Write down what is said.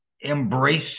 embrace